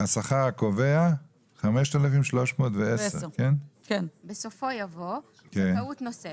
השכר הקובע 5,310. בסופו יבוא: "זכאות נוספת"